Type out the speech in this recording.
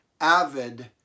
avid